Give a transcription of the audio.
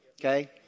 Okay